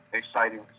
exciting